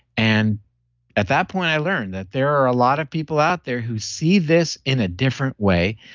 and at that point i learned that there are a lot of people out there who see this in a different way,